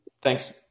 Thanks